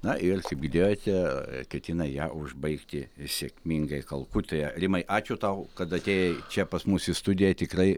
na ir kaip girdėjote ketina ją užbaigti sėkmingai kalkutoje rimai ačiū tau kad atėjai čia pas mus į studiją tikrai